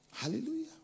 Hallelujah